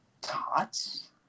Tots